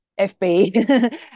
FB